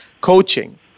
coaching